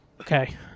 Okay